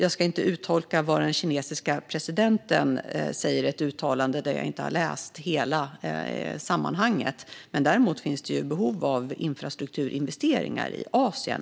Jag ska inte uttolka den kinesiska presidentens uttalande när jag inte känner till hela sammanhanget. Det är dock tydligt att det finns behov av infrastrukturinvesteringar i Asien.